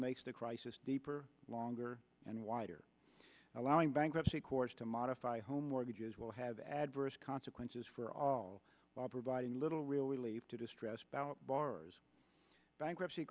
makes the crisis deeper longer and wider allowing bankruptcy courts to modify home mortgages will have adverse consequences for all while providing little real relief to distress about bars bankruptcy